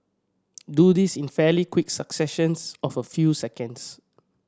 do this in fairly quick successions of a few seconds